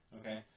Okay